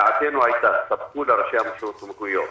דעתנו היתה: ספקו לראשי הרשויות סמכויות.